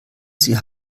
sie